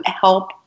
help